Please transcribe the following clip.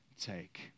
take